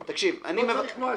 לא צריך נוהל.